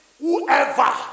whoever